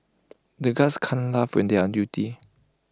the guards can't laugh when they are on duty